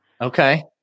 okay